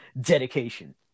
dedication